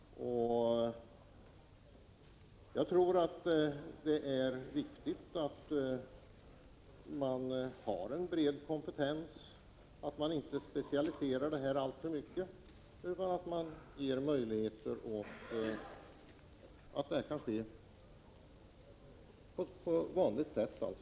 Det är viktigt att man har en bred kompetens och inte specialiserar detta alltför mycket utan ger möjlighet till en taxering på vanligt sätt.